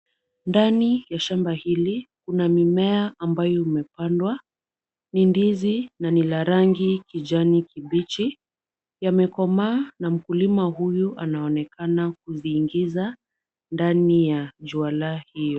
Ndani ya shamba hili kuna mimea ambayo imepandwa, ni ndizi na ni la rangi kijani kibichi. Yamekomaa na mkulima huyu anaonekana kuziingiza ndani ya juala hiyo.